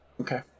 Okay